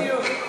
בדיוק.